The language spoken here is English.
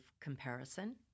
comparison